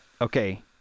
Okay